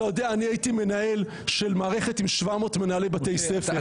אני הייתי מנהל של מערכת עם 700 מנהלי בתי ספר.